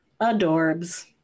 Adorbs